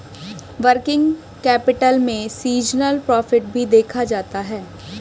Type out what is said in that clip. working capital में seasonal profit भी देखा जाता है